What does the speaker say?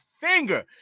finger